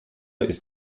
ist